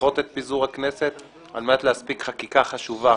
לדחות את פיזור הכנסת על מנת להספיק חקיקה חשובה